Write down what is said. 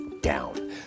down